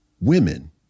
women